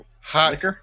hot